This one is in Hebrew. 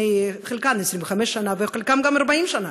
חלקן לפני 25 שנה וחלקן גם לפני 40 שנה,